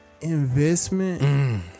investment